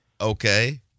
Okay